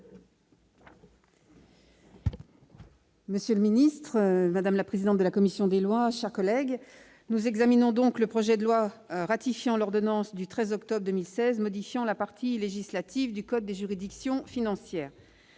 Monsieur le secrétaire d'État, mes chers collègues, nous examinons donc le projet de loi ratifiant l'ordonnance du 13 octobre 2016 modifiant la partie législative du code des juridictions financières.